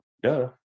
duh